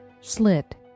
slit